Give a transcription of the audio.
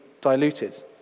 diluted